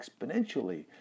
exponentially